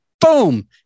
Boom